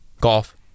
Golf